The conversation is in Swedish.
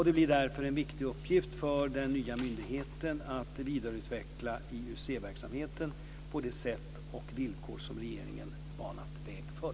Det blir därför en viktig uppgift för den nya myndigheten att vidareutveckla IUC-verksamheten på de sätt och villkor som regeringen banat väg för.